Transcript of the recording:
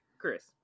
Chris